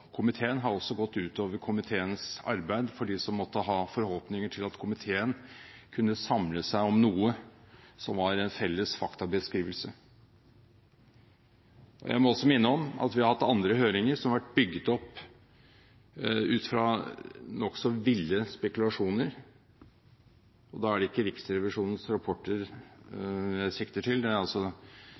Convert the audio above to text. komiteen, også har gått ut over komiteens arbeid – for dem som måtte ha forhåpninger til at komiteen kunne samle seg om noe som var en felles faktabeskrivelse. Jeg må også minne om at vi har hatt andre høringer som har vært bygget opp ut fra nokså ville spekulasjoner, og da er det ikke Riksrevisjonens rapporter jeg sikter til,